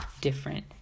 different